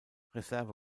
reserve